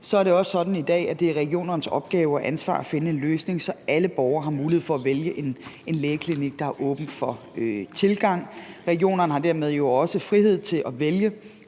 så er det også sådan i dag, at det er regionernes opgave og ansvar at finde en løsning, så alle borgere har mulighed for at vælge en lægeklinik, der har åbent for tilgang. Regionerne har jo dermed også frihed til at vælge,